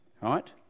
Right